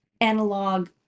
analog